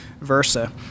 versa